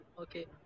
okay